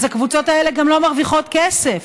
אז הקבוצות האלה גם לא מרוויחות כסף.